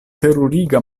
teruriga